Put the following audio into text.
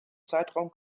zeitraum